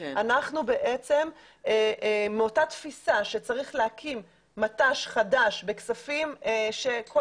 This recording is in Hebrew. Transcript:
אנחנו בעצם מאותה תפיסה שצריך להקים מט"ש חדש בכספים שכל